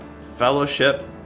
fellowship